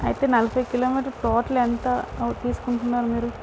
అయితే నలభై కిలమీటర్కి టోటల్ ఎంత అవు తీసుకుంటున్నారు మీరు